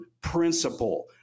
principle